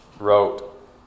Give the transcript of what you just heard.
wrote